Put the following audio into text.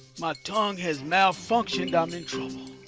my tongue has malfunctioned. i'm in trouble.